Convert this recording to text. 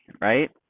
right